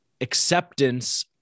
acceptance